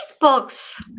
books